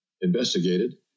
investigated